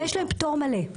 ויש להם פטור מלא.